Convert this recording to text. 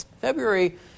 February